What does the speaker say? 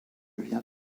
viens